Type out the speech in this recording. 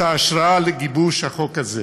את ההשראה לגיבוש החוק הזה.